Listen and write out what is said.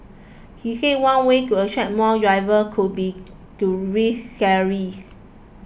he said one way to attract more drivers could be to raise salaries